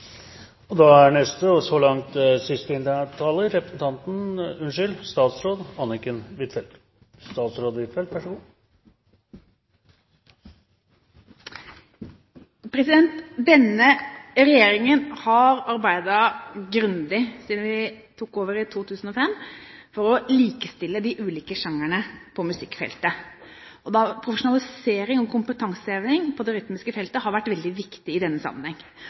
Denne regjeringen har siden vi tok over i 2005, arbeidet grundig for å likestille de ulike sjangrene på musikkfeltet. Profesjonalisering og kompetanseheving på det rytmiske feltet har i den sammenhengen vært veldig viktig. I